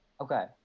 Okay